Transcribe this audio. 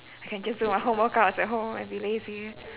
I can just do my own workouts at home and be lazy